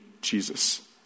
Jesus